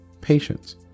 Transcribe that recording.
patience